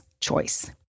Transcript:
choice